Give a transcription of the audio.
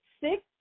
six